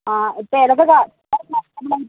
ഇപ്പോൾ ഏതൊക്കെ കാർ കസ്റ്റമറിന് കിട്ടും